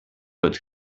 but